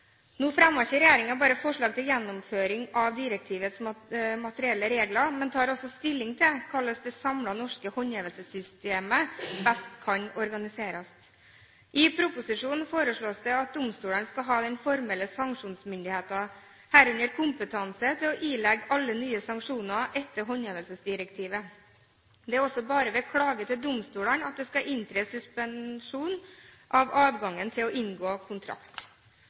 Nå fremmer ikke regjeringen bare forslag til gjennomføring av direktivets materielle regler, men tar også stilling til hvordan det samlede norske håndhevelsessystemet best kan organiseres. I proposisjonen foreslås det at domstolene skal ha den formelle sanksjonsmyndigheten, herunder kompetanse til å ilegge alle nye sanksjoner etter håndhevelsesdirektivet. Det er også bare ved klage til domstolene at det skal inntre suspensjon av adgangen til å inngå kontrakt.